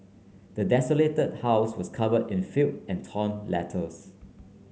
the desolated house was cover in filth and torn letters